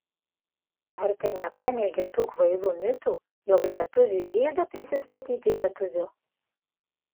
ar tai nepaneigia tų kvailų mitų jog lietuviui gėda prisistatyti lietuviu